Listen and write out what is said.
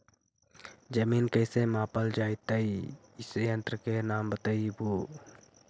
जमीन कैसे मापल जयतय इस यन्त्र के नाम बतयबु?